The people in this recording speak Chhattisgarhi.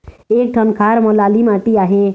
एक ठन खार म लाली माटी आहे?